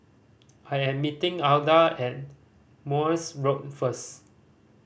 I am meeting Alda at Morse Road first